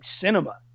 cinema